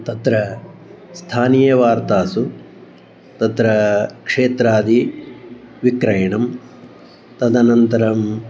तत्र स्थानीयवार्तासु तत्र क्षेत्रादि विक्रयणं तदनन्तरम्